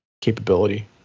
capability